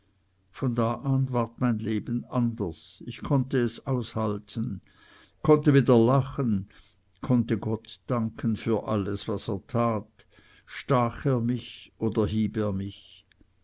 von da an ward mein leben anders ich konnte es aushalten konnte wieder lachen konnte gott danken für alles was er tat stach er mich oder hieb er mich